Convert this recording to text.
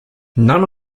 none